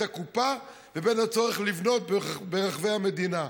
הקופה ובין הצורך לבנות ברחבי המדינה.